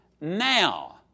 now